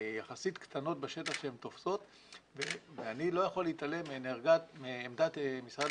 יחסית קטנות בשטח שהן תופסות ואני לא יכול להתעלם מעמדת משרד